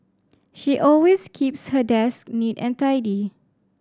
she always keeps her desk neat and tidy